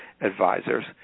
advisors